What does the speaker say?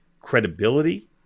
credibility